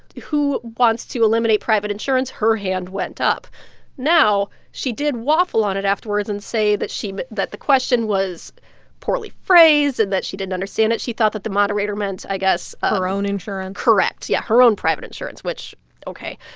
who wants to eliminate private insurance? her hand went up now, she did waffle on it afterwards and say that she but that the question was poorly phrased and that she didn't understand it. she thought that the moderator meant, i guess. ah her own insurance correct. yeah, her own private insurance, which ok.